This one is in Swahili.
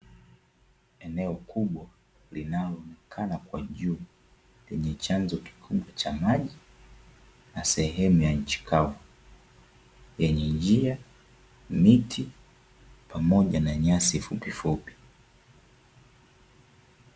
Eneo kubwa linaloonekana kwa juu lenye chanzo kikubwa cha maji na sehemu ya nchi kavu yenye njia, miti pamoja na nyasi fupifupi.